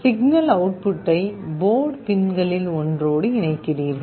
signal அவுட்புட்டை port பின்களில் ஒன்றோடு இணைக்கிறீர்கள்